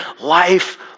life